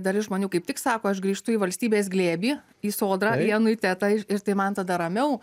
dalis žmonių kaip tik sako aš grįžtu į valstybės glėbį į sodrą į anuitetą ir tai man tada ramiau